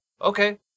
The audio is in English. okay